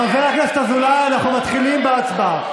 חבר הכנסת אזולאי, אנחנו מתחילים בהצבעה.